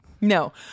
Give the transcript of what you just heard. No